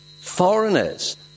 Foreigners